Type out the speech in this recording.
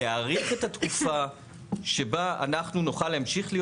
להאריך את התקופה שבה אנחנו נוכל להמשיך להיות